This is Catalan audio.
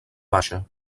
baixa